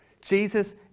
Jesus